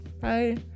Bye